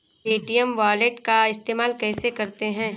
Paytm wallet का इस्तेमाल कैसे करते हैं?